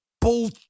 bull